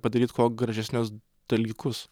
padaryt kuo gražesnius dalykus